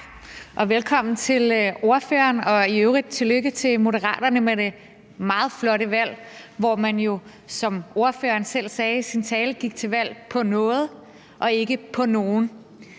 velkommen til ordføreren og i øvrigt tillykke til Moderaterne med det meget flotte valg, hvor man jo, som ordføreren selv sagde i sin tale, gik til valg på noget og ikke på nogen.